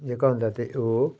जेह्का होंदे ते ओह्